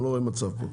אני לא רואה מצב פה.